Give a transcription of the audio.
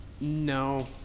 No